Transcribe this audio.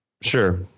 Sure